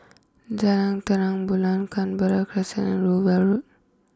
Jalan Terang Bulan Canberra Crescent and Rowell Road